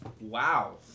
Wow